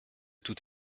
tout